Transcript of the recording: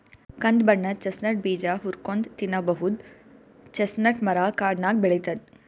ಕಂದ್ ಬಣ್ಣದ್ ಚೆಸ್ಟ್ನಟ್ ಬೀಜ ಹುರ್ಕೊಂನ್ಡ್ ತಿನ್ನಬಹುದ್ ಚೆಸ್ಟ್ನಟ್ ಮರಾ ಕಾಡ್ನಾಗ್ ಬೆಳಿತದ್